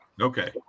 okay